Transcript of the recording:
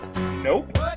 Nope